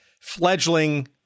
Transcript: fledgling